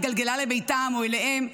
התגלגלה לביתם או אליהם,